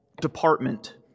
department